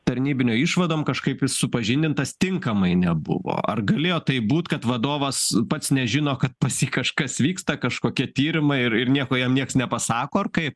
tarnybinio išvadom kažkaip jis supažindintas tinkamai nebuvo ar galėjo taip būt kad vadovas pats nežino kad pas jį kažkas vyksta kažkokie tyrimai ir ir nieko jam nieks nepasako ar kaip